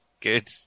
good